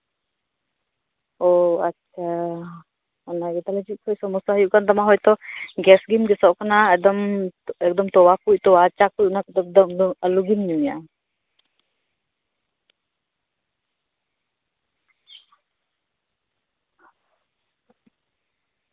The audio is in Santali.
ᱚ ᱟᱪᱪᱷᱟ ᱚᱱᱟᱜᱮᱛᱚ ᱪᱮᱫ ᱠᱚ ᱥᱚᱢᱚᱥᱥᱟ ᱦᱩᱭᱩᱜ ᱠᱟᱱ ᱛᱟᱢᱟ ᱜᱮᱥ ᱜᱮᱢ ᱜᱮᱥᱚᱜ ᱠᱟᱱᱟ ᱮᱠᱫᱚᱢ ᱛᱚᱣᱟ ᱪᱟ ᱠᱚᱫᱚ ᱟᱞᱚᱜᱮᱢ ᱧᱩᱭᱟ